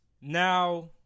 Now